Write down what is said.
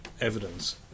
evidence